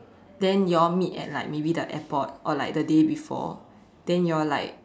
then you all meet at like maybe the airport or like the day before then you all like